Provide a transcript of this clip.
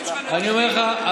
אני אומר לך,